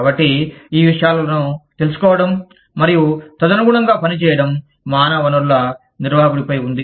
కాబట్టి ఈ విషయాలను తెలుసుకోవడం మరియు తదనుగుణంగా పనిచేయడం మానవ వనరుల నిర్వాహకుడిపై ఉంది